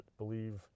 believe